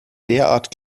derart